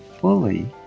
fully